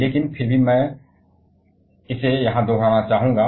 लेकिन फिर भी मैं इसे यहां दोहराना चाहूंगा